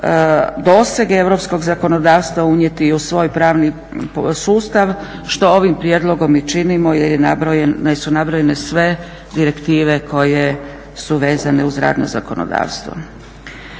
dosege europskog zakonodavstva unijeti i u svoj pravni sustav što ovim prijedlogom i činimo jer su nabrojene sve direktive koje su vezane uz radno zakonodavstvo.